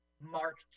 Mark